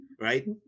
right